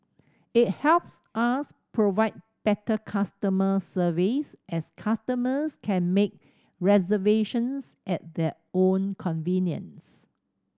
it helps us provide better customer service as customers can make reservations at their own convenience